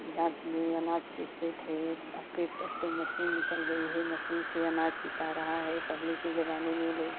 जाट में अनाज पीसते थे अब तो मशीन निकल गई है मशीन से अनाज पिसा रहा है पहले के ज़माने में लोग